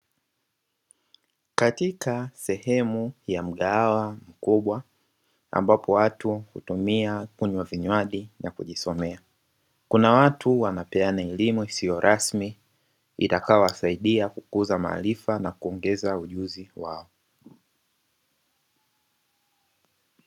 Katika sehemu ya mgahawa mkubwa ambapo watu hutumia kunywa vinywaji na kujisomea, kuna watu wanapeana elimu isiyo rasmi itakayowasaidia kukuza maarifa na kuongeza ujuzi wao.